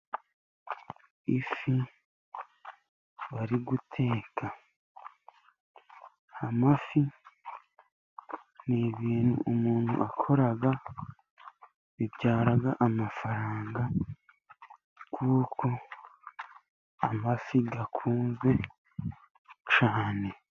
Ifi bari guteka, amafi ni ibintu umuntu akora, bibyara amafaranga kuko amafi akunzwe cyane.